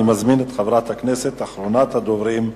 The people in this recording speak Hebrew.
אני מזמין את אחרונת הדוברים,